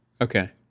Okay